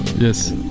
Yes